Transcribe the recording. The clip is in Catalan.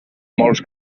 molts